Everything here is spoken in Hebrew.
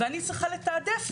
ואני צריכה לתעדף,